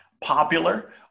popular